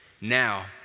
now